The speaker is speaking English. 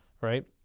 Right